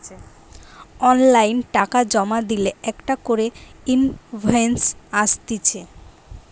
online টাকা জমা দিলে একটা করে ইনভয়েস আসতিছে